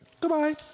Goodbye